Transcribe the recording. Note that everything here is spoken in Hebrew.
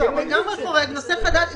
לגמרי חורג, נושא חדש.